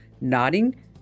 nodding